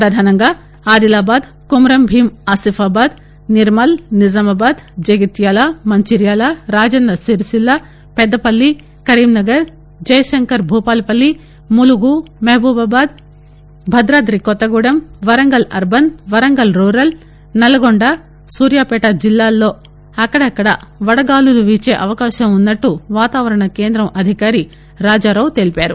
ప్రధానంగా Adilabad Kumrambheem Asifabad Nirmal Nizamabad Jagtial Mancherial Rajanna Sircilla Peddapalli Karimnagar Jayashankar Bhupalpally Mulugu Mahabubabad Bhadradri Kothagudem Warangal urban Warangal rural Nalgonda Suryapet జిల్లాల్లో అక్కడక్కడ వడగాలులు వీచే అవకాశం ఉన్నట్టు వాతావరణ కేంద్రం అధికారి రాజారావు తెలిపారు